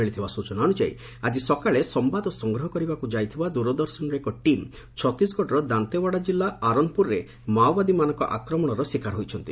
ମିଳିଥିବା ସୂଚନା ଅନୁଯାୟୀ ଆଜି ସକାଳେ ସମ୍ଘାଦ ସଂଗ୍ରହ କରିବାକୁ ଯାଇଥିବା ଦ୍ ରଦର୍ଶନର ଏକ ଟିମ୍ ଛତିଶଗଡ଼ର ଦାନ୍ତେଓ୍ୱାଡ଼ା ଜିଲ୍ଲା ଆରନପୁରରେ ମାଓବାଦୀମାନଙ୍କ ଆକ୍ରମଣର ଶିକାର ହୋଇଛନ୍ତି